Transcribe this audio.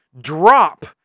Drop